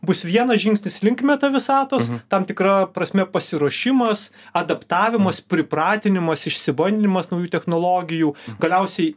bus vienas žingsnis link meta visatos tam tikra prasme pasiruošimas adaptavimas pripratinimas išsibandymas naujų technologijų galiausiai